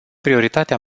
prioritatea